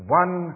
one